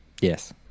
Yes